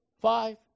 Five